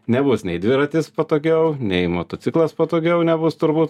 nebus nei dviratis patogiau nei motociklas patogiau nebus turbūt